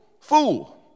fool